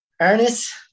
Ernest